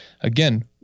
again